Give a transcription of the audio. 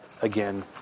again